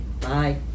Bye